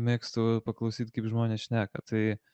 mėgstu paklausyt kaip žmonės šneka tai